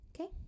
Okay